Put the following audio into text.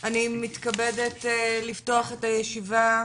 מתכבדת לפתוח את הישיבה,